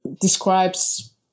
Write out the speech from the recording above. describes